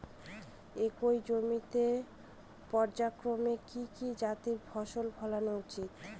একই জমিতে পর্যায়ক্রমে কি কি জাতীয় ফসল ফলানো উচিৎ?